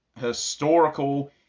historical